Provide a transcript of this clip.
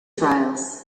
trials